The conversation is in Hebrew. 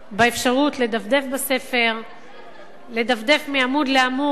באפשרות לדפדף בספר מעמוד לעמוד,